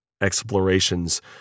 explorations